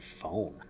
phone